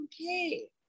okay